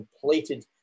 completed